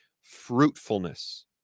fruitfulness